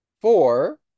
Four